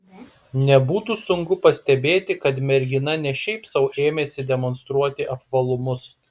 nebūtų sunku pastebėti kad mergina ne šiaip sau ėmėsi demonstruoti apvalumus